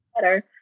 better